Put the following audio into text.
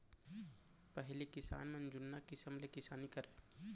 पहिली किसान मन जुन्ना किसम ले किसानी करय